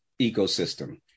ecosystem